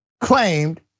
claimed